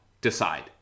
decide